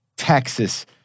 texas